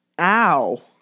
Ow